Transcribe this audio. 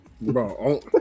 bro